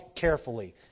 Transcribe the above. carefully